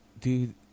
Dude